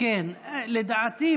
אין תשובה.